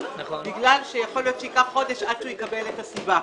בגלל שיכול להיות שייקח חודש עד שהוא יקבל את הסיבה.